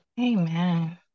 Amen